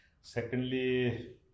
Secondly